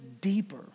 deeper